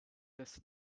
this